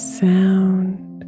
sound